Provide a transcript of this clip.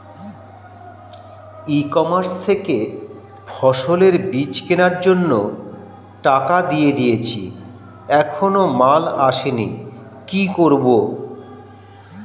ই commerce থেকে ফসলের বীজ কেনার জন্য টাকা দিয়ে দিয়েছি এখনো মাল আসেনি কি করব?